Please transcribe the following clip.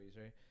right